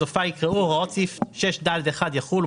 בסופה יקראו "הוראות סעיף 6ד1 יחולו,